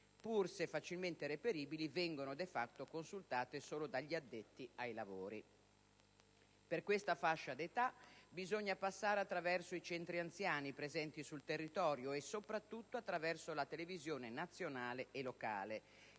pur se facilmente reperibili, *de facto* vengono consultate solo dagli addetti ai lavori. Per questa fascia di età bisogna passare attraverso i centri anziani presenti sul territorio e soprattutto attraverso la televisione nazionale e locale,